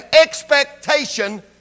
expectation